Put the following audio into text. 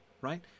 right